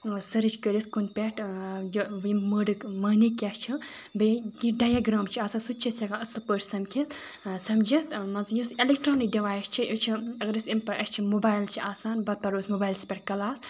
search کٔرِتھ کُنہِ پٮ۪ٹھ یہِ یِم وٲڑٕک معنی کیٛاہ چھِ بیٚیہِ یہِ ڈایگرٛام چھِ آسان سُہ تہِ چھِ أسۍ ہیٚکان اَصٕل پٲٹھۍ سَمکھِتھ سَمجھِتھ مانٛژٕ یُس ایلیکٹرٛانِک ڈِوایِس چھِ یہِ چھِ اگر أسۍ ایٚمہِ پٮ۪ٹھ اَسہِ چھِ موبایِل چھِ آسان پَتہٕ پَرو أسۍ موبایلَس پٮ۪ٹھ کَلاس